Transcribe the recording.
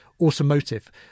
automotive